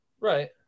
Right